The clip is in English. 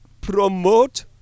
promote